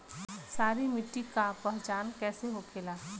सारी मिट्टी का पहचान कैसे होखेला?